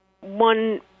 one